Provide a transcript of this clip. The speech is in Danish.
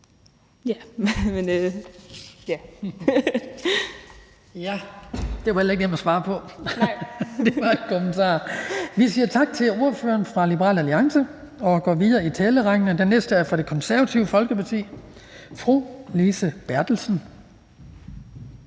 Kristian Skibby): Det var heller ikke nemt at svare på. Det var en kommentar. Vi siger tak til ordføreren fra Liberal Alliance og går videre i talerrækken. Den næste er fra Det Konservative Folkeparti, fru Lise Bertelsen.